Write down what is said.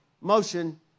motion